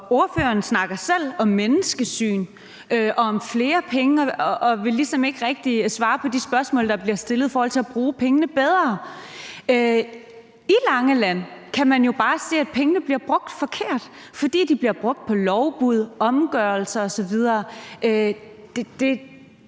Ordføreren snakker selv om menneskesyn og om flere penge og vil ligesom ikke rigtig svare på de spørgsmål, der bliver stillet i forhold til at bruge pengene bedre. I Langeland Kommune kan man jo bare se, at pengene bliver brugt forkert, fordi de bliver brugt på lovbrud, omgørelser osv.